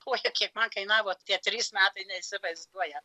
oi kiek man kainavo tie trys metai neįsivaizduojat